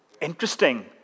Interesting